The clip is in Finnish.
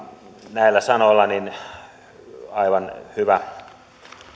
näillä sanoilla aivan hyvä